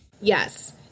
Yes